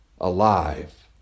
alive